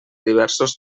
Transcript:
diversos